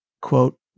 quote